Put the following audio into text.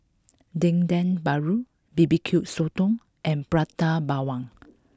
Dendeng Paru bbq Sotong and Prata Bawang